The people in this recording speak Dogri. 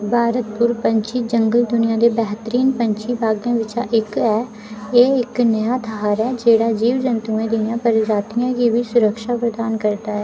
भारतपुर पंछी जंगल दुनिया दे बेहतरीन पंछी बागें बिच्चा इक ऐ एह् इक नेहा थाह्र ऐ जेह्ड़ा जीव जैन्तुएं दियें प्रजातियें गी बी सुरक्षा प्रदान करदा ऐ